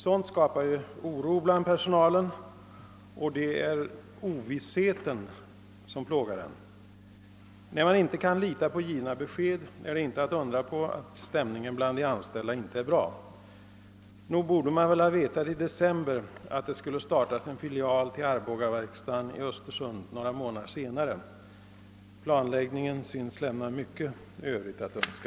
Sådant skapar oro — det är ovissheten som plågar personalen. Och det är inte att undra på att stämningen bland de anställda inte är bra när de inte kan lita på givna besked. Nog borde man väl i december ha ve tat att det skulle startas en filial till Arbogaverkstaden i Östersund några månader senare. Planläggningen synes lämna mycket övrigt att önska.